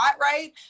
right